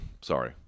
Sorry